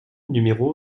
numéro